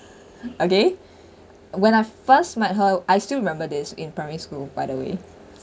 okay when I first met her I still remember this in primary school by the way